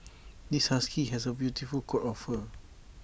this husky has A beautiful coat of fur